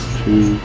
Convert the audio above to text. two